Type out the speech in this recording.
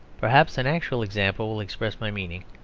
perhaps an actual example will express my meaning.